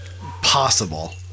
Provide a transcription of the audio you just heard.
possible